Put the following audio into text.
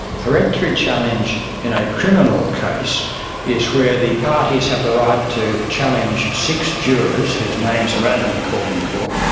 peremptory challenge in a criminal case is where the parties have the right ah to challenge six jurors, whose names are randomly called in court,